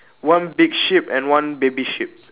one big sheep and one baby sheep